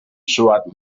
suat